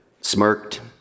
smirked